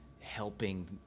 helping